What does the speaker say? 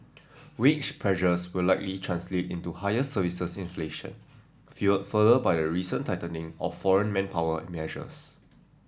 wage pressures will likely translate into higher services inflation fuelled further by the recent tightening of foreign manpower measures